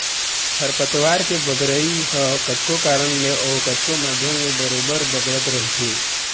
खरपतवार के बगरई ह कतको कारन ले अउ कतको माध्यम ले बरोबर बगरत रहिथे